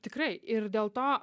tikrai ir dėl to